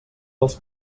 dels